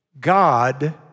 God